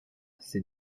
c’est